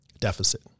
deficit